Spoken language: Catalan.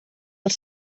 els